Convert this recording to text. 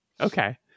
Okay